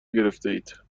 گرفتهاید